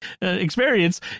experience